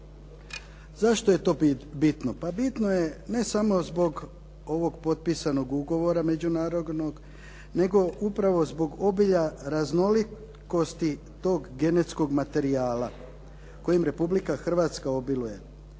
Zašto je to bitno? Pa bitno je ne samo zbog ovog potpisanog ugovora međunarodnog, nego upravo zbog obilja raznolikosti tog genetskog materijala kojim Republika Hrvatska obiluje.